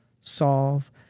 solve